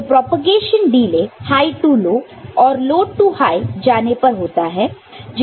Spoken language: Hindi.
तो preparation delay high to low और लो टू हाय जाने पर होता है